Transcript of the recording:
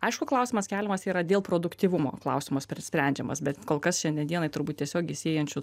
aišku klausimas keliamas yra dėl produktyvumo klausimas sprendžiamas bet kol kas šiandien dienai turbūt tiesiogiai siejančių